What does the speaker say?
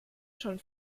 schon